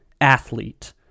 athlete